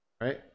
right